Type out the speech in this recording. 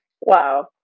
Wow